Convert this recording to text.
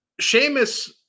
Seamus